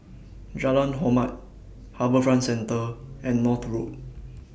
Jalan Hormat HarbourFront Centre and North Road